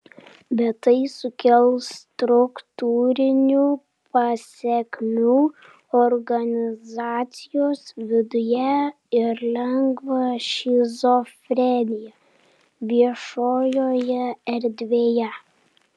bet tai sukels struktūrinių pasekmių organizacijos viduje ir lengvą šizofreniją viešojoje erdvėje